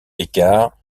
écarts